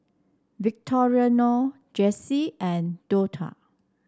Victoriano Jessi and Dortha